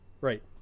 Right